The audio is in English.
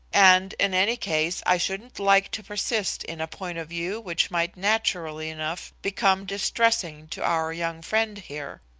and in any case i shouldn't like to persist in a point of view which might naturally enough become distressing to our young friend here.